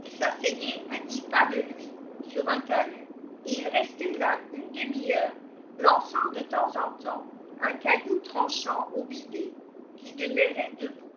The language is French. ii s'asseyait à dix pas de lui sur un talus et il restait là une demi-heure lançant de temps en temps un caillou tranchant au bidet qui demeurait debout